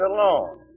alone